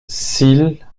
s’il